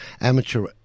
amateur